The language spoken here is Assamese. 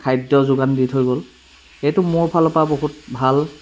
খাদ্য যোগান দি থৈ গ'ল সেইটো মোৰ ফালৰ পৰা বহুত ভাল